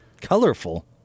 Colorful